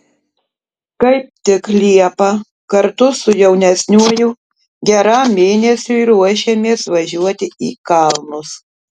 kaip tik liepą kartu su jaunesniuoju geram mėnesiui ruošiamės važiuoti į kalnus